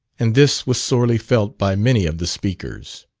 and this was sorely felt by many of the speakers.